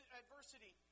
adversity